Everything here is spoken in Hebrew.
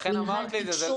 אכן אמרת לי את זה.